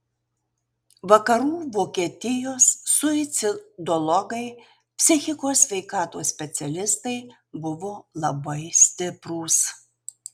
vakarų vokietijos suicidologai psichikos sveikatos specialistai buvo labai stiprūs